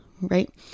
right